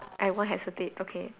I won't hesitate okay